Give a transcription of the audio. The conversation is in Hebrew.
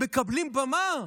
הם מקבלים במה.